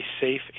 safe